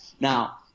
Now